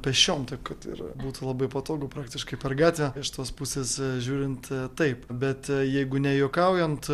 pėsčiom taip kad ir būtų labai patogu praktiškai per gatvę iš tos pusės žiūrint taip bet jeigu nejuokaujant